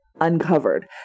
uncovered